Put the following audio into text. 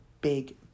big